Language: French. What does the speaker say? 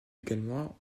également